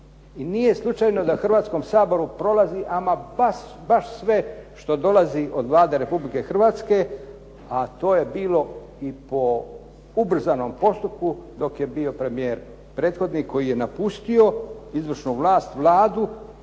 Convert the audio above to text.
nije slučajno da Hrvatskom saboru prolazi baš sve što dolazi od Vlade Republike Hrvatske, a to je bilo i po ubrzanom postupku dok je bio premijer prethodni koji je napustio izvršnu vlast, Vladu,